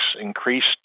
increased